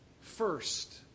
first